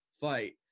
fight